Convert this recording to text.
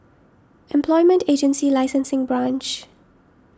Employment Agency Licensing Branch